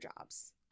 jobs